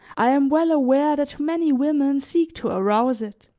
i am well aware that many women seek to arouse it